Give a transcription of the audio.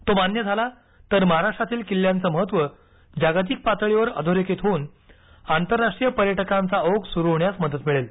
तो मान्य झाला तर महाराष्ट्रातील किल्ल्यांचं महत्त्व जागतिक पातळीवर अधोरेखित होऊन आंतरराष्ट्रीय पर्यटकांचा ओघ सुरू होण्यास मदत मिळेल